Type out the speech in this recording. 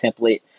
template